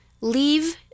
Leave